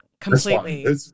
Completely